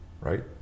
Right